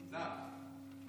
תודה.